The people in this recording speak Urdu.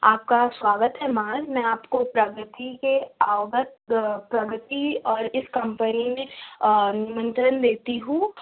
آپ کا سواگت ہے معاذ میں آپ کو پرگتی کے اوگت پرگتی اور اِس کمپنی میں نِمنترن دیتی ہوں